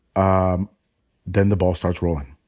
um then the ball starts rolling.